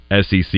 SEC